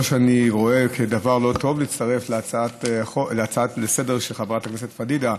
לא שאני רואה כדבר לא טוב להצטרף להצעה לסדר-היום של חברת הכנסת פדידה,